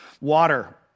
Water